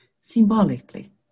Symbolically